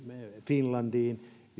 finlandiin